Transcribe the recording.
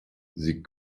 sie